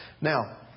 Now